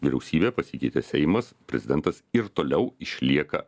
vyriausybė pasikeitė seimas prezidentas ir toliau išlieka